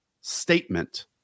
statement